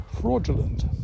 fraudulent